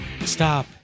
Stop